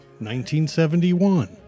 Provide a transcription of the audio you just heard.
1971